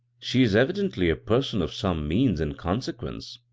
she is evid itly a person of some means and consequence,